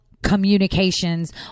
communications